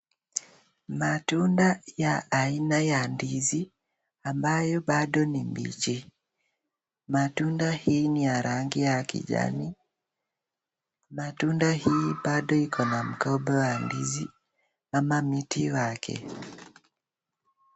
Matunda ya aina ya ndizi ambayo bado ni mbichi, matunda hii niya rangi ya kijani, matunda hii bado ikona mgomba wa ndizi ama miti wake.